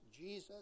Jesus